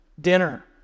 dinner